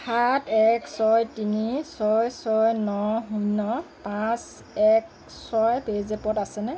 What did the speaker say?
সাত এক ছয় তিনি ছয় ছয় ন শূন্য পাঁচ এক ছয় পে' জেপত আছেনে